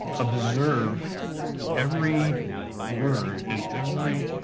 observe every word and every